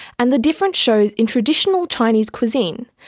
and the difference shows in traditional chinese cuisine,